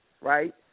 right